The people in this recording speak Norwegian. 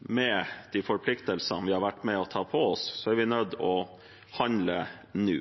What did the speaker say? med de forpliktelsene vi har vært med på å ta på oss, er vi nødt til å handle nå.